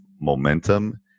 momentum